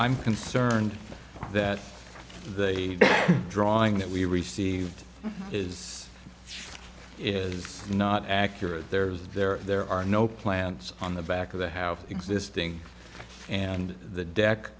i'm concerned that they are drawing that we received is is not accurate there is there there are no plants on the back of the have existing and the deck